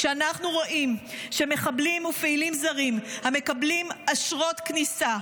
כשאנחנו רואים מחבלים ופעילים זרים המקבלים אשרות כניסה,